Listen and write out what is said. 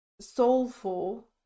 soulful